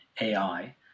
AI